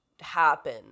happen